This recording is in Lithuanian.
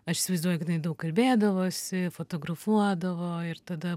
aš įsivaizduoju kad jinai daug kalbėdavosi fotografuodavo ir tada